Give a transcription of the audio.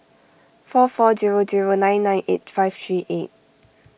four four zero zero nine nine eight five three eight